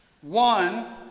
One